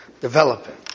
developing